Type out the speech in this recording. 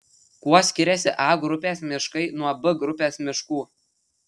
kuo skiriasi a grupės miškai nuo b grupės miškų